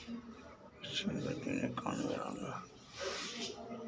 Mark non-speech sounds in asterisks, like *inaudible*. *unintelligible*